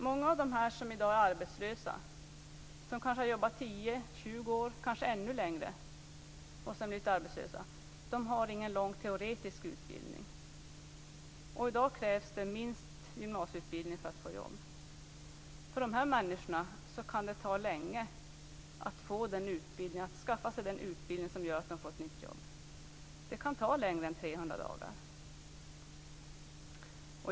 Många av dem som i dag är arbetslösa - som kanske jobbat 10 år, 20 år eller ännu längre och sedan blivit arbetslösa - har ingen lång teoretisk utbildning. I dag krävs det minst gymnasieutbildning för att få jobb. För dessa människor kan det ta lång tid att skaffa sig den utbildning som gör att de får nytt jobb. Det kan ta längre tid än 300 dagar.